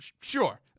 sure